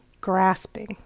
grasping